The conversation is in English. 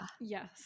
Yes